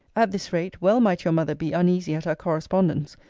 at this rate, well might your mother be uneasy at our correspondence,